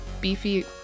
beefy